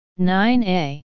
9A